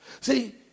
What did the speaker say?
See